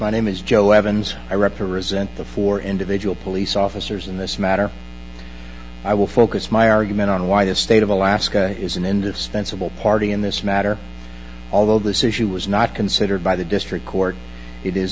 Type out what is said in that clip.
my name is joe evans i represent the four individual police officers in this matter i will focus my argument on why the state of alaska is in and it's fanciful party in this matter although this issue was not considered by the district court it is